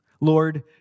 Lord